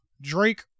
Drake